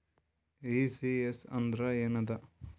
ECS ಅಂದ್ರ ಏನದ?